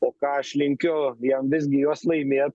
o ką aš linkiu jam visgi juos laimė